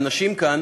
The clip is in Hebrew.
האנשים כאן